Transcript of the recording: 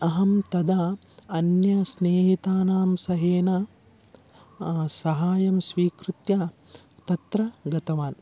अहं तदा अन्य स्नेहितानां सह सहाय्यं स्वीकृत्य तत्र गतवान्